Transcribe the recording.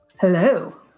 Hello